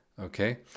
Okay